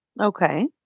Okay